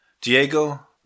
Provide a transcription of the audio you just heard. Diego